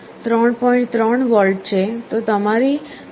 3 volt છે તો તમારી સ્ટેપ સાઈઝ ખૂબ નાની હશે